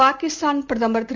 பாகிஸ்தான் பிரதமர் திரு